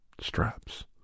straps